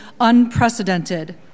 unprecedented